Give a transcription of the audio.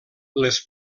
les